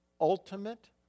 ultimate